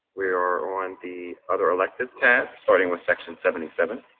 we are on the other elective tab starting with section seventy seven.